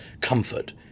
comfort